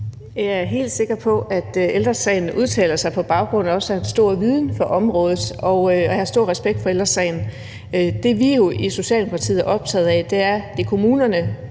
Jeg er helt sikker på at Ældre Sagen også udtaler sig på baggrund af stor viden på området, og jeg har stor respekt fra Ældre Sagen. Det, vi jo i Socialdemokratiet er optaget af, er, at det er kommunerne,